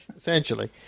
Essentially